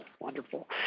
Wonderful